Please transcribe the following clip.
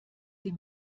sie